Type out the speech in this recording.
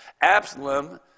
Absalom